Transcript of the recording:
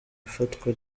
ifatwa